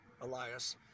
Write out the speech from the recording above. Elias